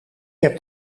heb